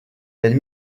elle